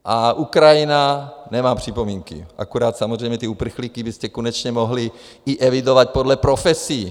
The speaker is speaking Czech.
A Ukrajina, nemám připomínky, akorát samozřejmě ty uprchlíky byste konečně mohli i evidovat podle profesí.